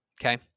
okay